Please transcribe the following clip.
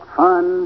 fun